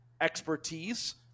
expertise